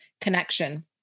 connection